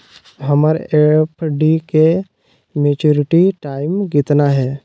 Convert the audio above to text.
हमर एफ.डी के maturity time कितना है?